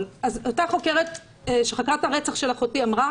- אותה חוקרת שחקרה את הרצח של אחותי אמרה